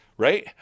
Right